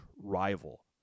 rival